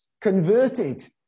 converted